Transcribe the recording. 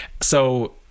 So-